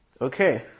Okay